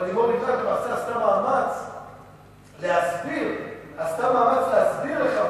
אבל לימור לבנת עשתה מאמץ להסביר לחברי